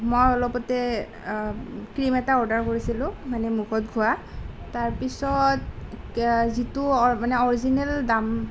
মই অলপতে ক্ৰীম এটা অৰ্ডাৰ কৰিছিলোঁ মানে মুখত ঘঁহা তাৰ পিছত যিটো মানে অৰিজিনেল দাম